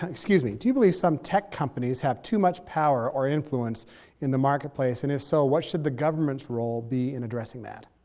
excuse me, do you believe some tech companies have too much power or influence in the marketplace? and if so, what should the government's role be in addressing that?